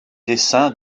dessins